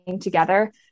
together